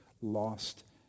lost